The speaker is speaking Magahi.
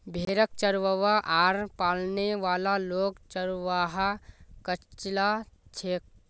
भेड़क चरव्वा आर पालने वाला लोग चरवाहा कचला छेक